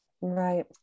Right